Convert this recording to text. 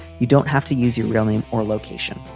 you don't have to use your real name or location.